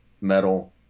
metal